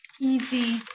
easy